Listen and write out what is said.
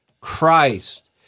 Christ